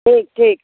ठीक ठीक